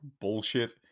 bullshit